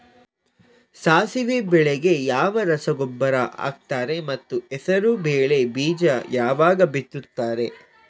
ಸಾಸಿವೆ ಬೆಳೆಗೆ ಯಾವ ರಸಗೊಬ್ಬರ ಹಾಕ್ತಾರೆ ಮತ್ತು ಹೆಸರುಬೇಳೆ ಬೀಜ ಯಾವಾಗ ಬಿತ್ತುತ್ತಾರೆ?